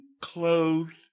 clothed